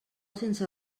sense